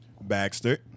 Baxter